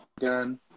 gun